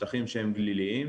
בשטחים שהם גליליים,